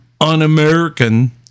un-American